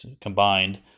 combined